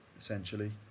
essentially